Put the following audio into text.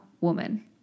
woman